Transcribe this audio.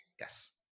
Yes